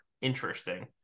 interesting